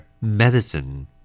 Medicine